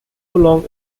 long